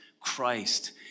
Christ